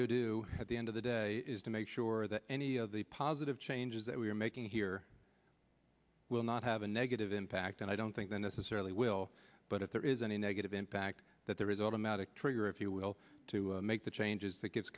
to do at the end of the day is to make sure that any of the positive changes that we are making here will not have a negative impact and i don't think they necessarily will but if there is any negative impact that there is an automatic trigger if you will to make the changes that g